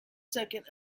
second